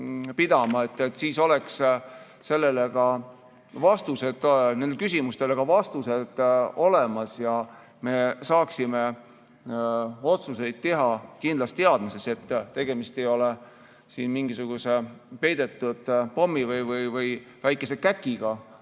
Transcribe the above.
pidama, oleks nendele küsimustele ka vastused olemas ja me saaksime otsuseid teha kindlas teadmises, et tegemist ei ole mingisuguse peidetud pommi või väikese käkiga,